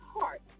heart